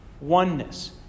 oneness